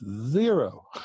Zero